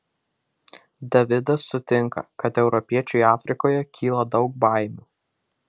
davidas sutinka kad europiečiui afrikoje kyla daug baimių